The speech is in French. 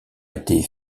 été